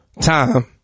time